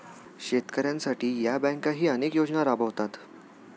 शेतकऱ्यांसाठी या बँकाही अनेक योजना राबवतात